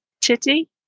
Titty